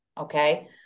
okay